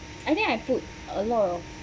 I think I put a lot of